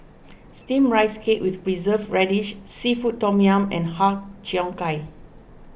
Steamed Rice Cake with Preserved Radish Seafood Tom Yum and Har Cheong Gai